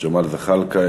ג'מאל זחאלקה,